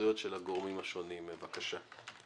ההתייחסויות של הגורמים השונים, בבקשה.